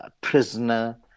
prisoner